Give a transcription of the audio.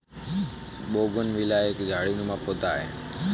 bougainvillea एक झाड़ीनुमा पौधा है